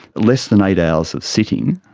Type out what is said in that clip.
less than eight hours of sitting.